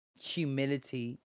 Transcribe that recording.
humility